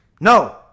No